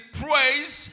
praise